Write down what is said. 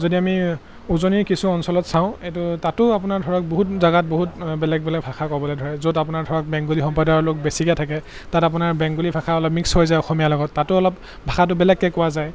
যদি আমি উজনিৰ কিছু অঞ্চলত চাওঁ এইটো তাতো আপোনাৰ ধৰক বহুত জেগাত বহুত বেলেগ বেলেগ ভাষা ক'বলৈ ধৰে য'ত আপোনাৰ ধৰক বেংগলী সম্প্ৰদায়ৰ লোক বেছিকৈ থাকে তাত আপোনাৰ বেংগলী ভাষা অলপ মিক্স হৈ যায় অসমীয়াৰ লগত তাতো অলপ ভাষাটো বেলেগকৈ কোৱা যায়